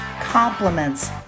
compliments